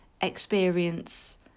experience